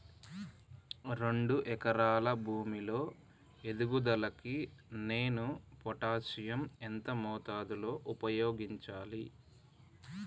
రెండు ఎకరాల భూమి లో ఎదుగుదలకి నేను పొటాషియం ఎంత మోతాదు లో ఉపయోగించాలి?